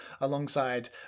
alongside